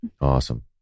Awesome